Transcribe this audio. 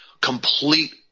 Complete